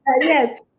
Yes